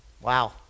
Wow